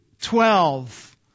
Twelve